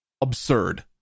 Absurd